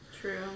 True